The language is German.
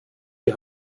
die